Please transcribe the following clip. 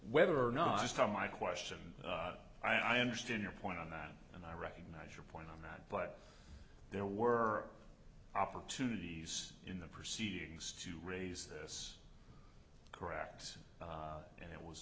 whether or not as to my question i understand your point on that and i recognize your point on that but there were opportunities in the proceedings to raise this correct and it was